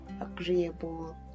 agreeable